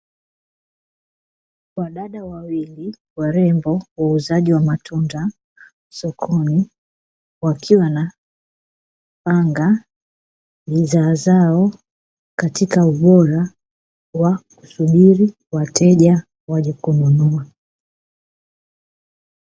Wadada wawili warembo wauzaji wa matunda sokoni, wakiwa wanapanga bidhaa zao katika ubora wa kusubiri wateja waje kununua.